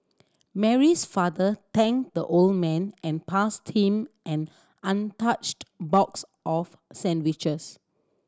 Mary's father thanked the old man and passed him an untouched box of sandwiches